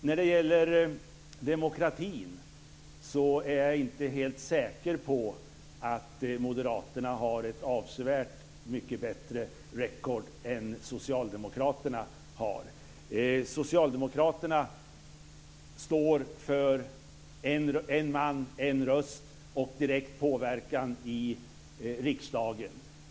När det gäller demokratin är jag inte helt säker på att moderaterna har ett avsevärt mycket bättre record än vad socialdemokraterna har. Socialdemokraterna står för en man - en röst och direkt påverkan i riksdagen.